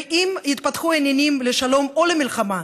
ואם יתפתחו העניינים לשלום או למלחמה,